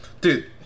Dude